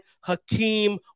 Hakeem